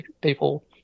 people